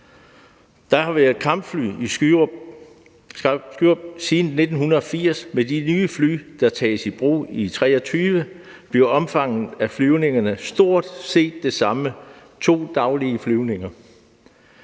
Der har været kampfly i Skrydstrup siden 1980, og med de nye fly, der tages i brug i 2023, bliver omfanget af flyvningerne stort set det samme, nemlig to daglige flyvninger,